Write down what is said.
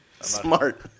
Smart